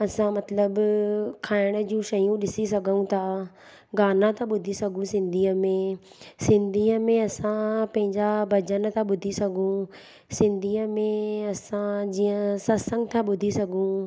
असां मतिलबु खाइण जूं शयूं ॾिसी सघूं था गाना त ॿुधी सघूं सिंधीअ में सिंधीअ में असां पंहिंजा भॼन था ॿुधी सघूं सिंधीअ में असां जीअं सतसंग था ॿुधी सघूं